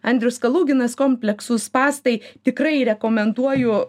andrius kaluginas kompleksų spąstai tikrai rekomenduoju